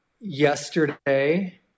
Yesterday